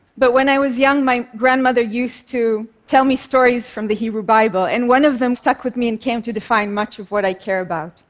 but when i was young, my grandmother used to tell me stories from the hebrew bible, and one of them stuck with me and came to define much of what i care about.